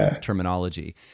terminology